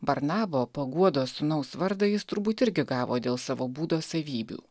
barnabo paguodos sūnaus vardą jis turbūt irgi gavo dėl savo būdo savybių